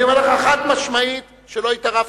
אני אומר לך, חד-משמעית, שלא התערבתי.